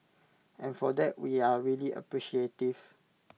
and for that we are really appreciative